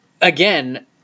again